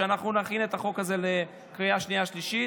כשאנחנו נכין את החוק הזה לקריאה שנייה ושלישית,